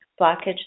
blockage